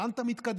לאן אתה מתקדם?